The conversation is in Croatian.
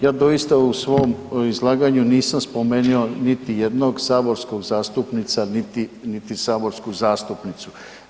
Ja doista u svom izlaganju nisam spomenuo niti jednog saborskog zastupnika niti saborsku zastupnicu.